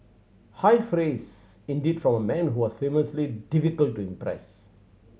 high praise indeed from a man who was famously difficult to impress